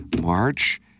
March